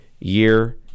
year